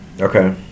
Okay